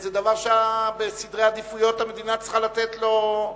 זה דבר שבסדרי העדיפויות המדינה צריכה לתת לו,